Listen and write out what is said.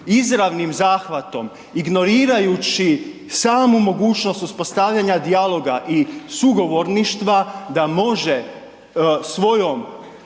izravnim zahvatom ignorirajući samu mogućnost uspostavljanja dijaloga i sugovorništva da može svojom